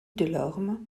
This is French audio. delorme